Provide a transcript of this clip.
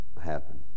happen